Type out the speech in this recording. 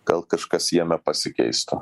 gal kažkas jame pasikeistų